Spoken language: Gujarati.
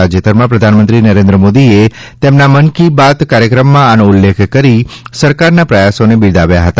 તાજેતરમાં પ્રધાનમંત્રી નરેન્દ્ર મોદીએ તેમના મન કી બાત કાર્યક્રમમાં આનો ઉલ્લેખ કરી સરકારના પ્રયાસોને બિરદાવ્યા હતા